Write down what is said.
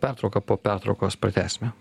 pertrauką po pertraukos pratęsime